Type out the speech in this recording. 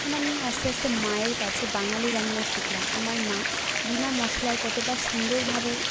তখন আমি আস্তে আস্তে মায়ের কাছে বাঙালি রান্না শিখলাম আমার মা বিনা মশলায় কতোটা সুন্দরভাবে